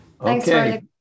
Okay